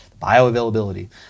bioavailability